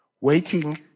waiting